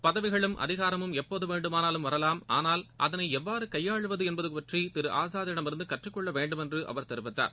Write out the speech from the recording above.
பதவிகளும் அதிகாரமும் எப்போதுவேண்டுமானாலும் வரலாம் ஆனால் அதனைஎவ்வாறுகையாளுவதுஎன்பதபற்றிதிருஆஸாத்திடமிருந்துகற்றுக் கொள்ளவேண்டுமென்றுஅவர் தெரிவித்தார்